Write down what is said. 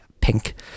Pink